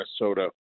Minnesota